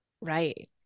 Right